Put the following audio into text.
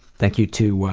thank you to,